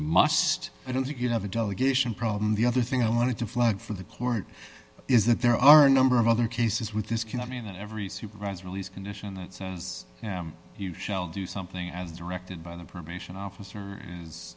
must i don't you have a delegation problem the other thing i wanted to flag for the court is that there are a number of other cases with this cannot mean that every supervised release condition that says you shall do something as directed by the permeation officer is